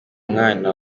umwana